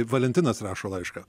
valentinas rašo laišką